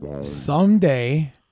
Someday